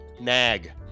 Nag